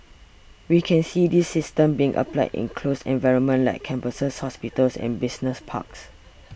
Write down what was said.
we can see these systems being applied in closed environments like campuses hospitals and business parks